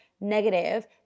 negative